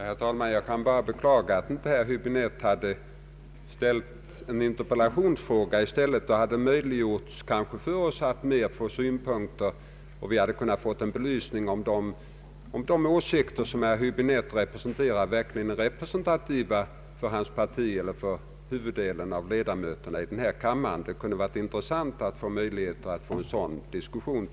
Herr talman! Jag kan bara beklaga att herr Höbinette inte framställt en interpellation i stället för en enkel fråga. Det hade kanske möjliggjort att vi kunnat få fram fler synpunkter. Vi hade även kunnat få en belysning av om de åsikter som herr Häibinette framfört verkligen är representativa för hans parti eller för huvuddelen av ledamöterna i denna kammare. Det kunde ha varit intressant med en sådan diskussion.